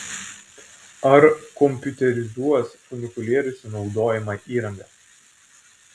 ar kompiuterizuos funikulieriuose naudojamą įrangą